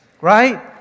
Right